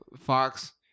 Fox